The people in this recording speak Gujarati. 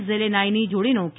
ઝેલેનાયની જોડીનો કે